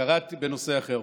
בנושא אחר,